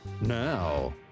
now